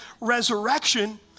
resurrection